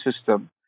system